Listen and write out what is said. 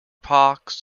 parks